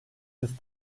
yüz